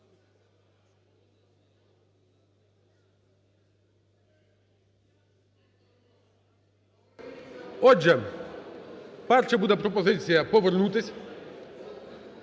Отже, перша буде пропозиція повернутись.